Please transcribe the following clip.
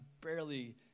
barely